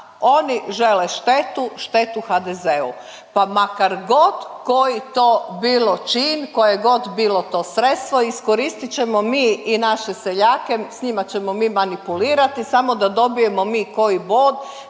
oni žele štetu, štetu HDZ-u pa makar god koji to bio čin, koje god bilo to sredstvo iskoristit ćemo mi i naše seljake, sa njima ćemo mi manipulirati samo da dobijemo mi koji bod